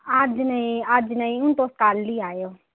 अज्ज नेईं अज्ज नेईं हून तुस कल्ल ही आओ